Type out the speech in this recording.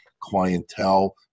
clientele